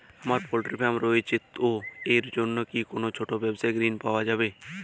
আমার poultry farm রয়েছে তো এর জন্য কি কোনো ছোটো ব্যাবসায়িক ঋণ পাওয়া যাবে?